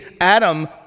Adam